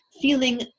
feeling